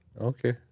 Okay